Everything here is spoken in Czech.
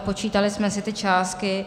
Počítali jsme si ty částky.